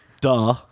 Duh